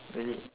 is it